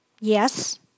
Yes